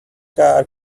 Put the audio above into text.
car